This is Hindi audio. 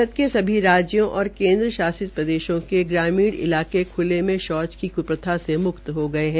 भारत के सभी राजयों और केन्द्र शासित प्रदेशों के ग्रमीण इलाके खले में शौच की कुप्रथा से मुक्त हो गये है